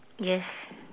yes